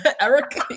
Eric